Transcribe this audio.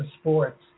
sports